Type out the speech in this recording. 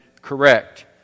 correct